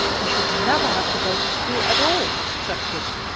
we should never have to go to school at all, said kit.